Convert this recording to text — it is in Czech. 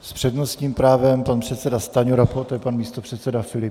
S přednostním právem pan předseda Stanjura, poté pan místopředseda Filip.